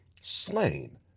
slain